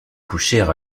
coucher